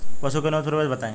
पशु के उन्नत प्रभेद बताई?